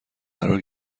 قرار